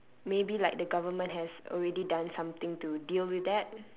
maybe like the government has already done something to deal with that